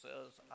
says